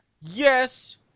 Yes